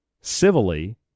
civilly